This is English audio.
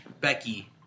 Becky